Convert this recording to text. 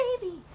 baby